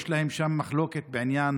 יש להם שם מחלוקת בעניין